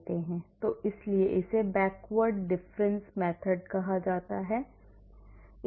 तो इसीलिए इसे backward difference method कहा जाता है